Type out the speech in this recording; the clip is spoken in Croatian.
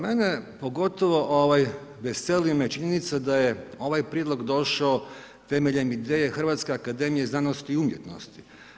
Mene pogotovo, veseli me činjenica da je ovaj prijedlog došao temeljem ideje Hrvatske akademije znanosti i umjetnosti.